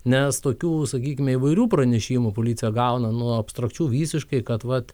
nes tokių sakykime įvairių pranešimų policija gauna nuo abstrakčių visiškai kad vat